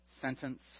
sentence